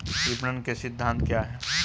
विपणन के सिद्धांत क्या हैं?